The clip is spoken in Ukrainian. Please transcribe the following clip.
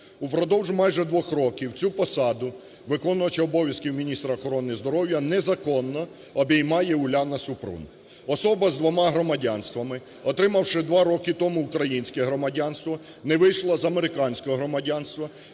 Упродовж майже 2 років цю посаду виконувача обов'язків міністра охорони здоров'я незаконно обіймає Уляна Супрун, особа з двома громадянствами, отримавши два роки тому українське громадянство, не вийшла з американського громадянства.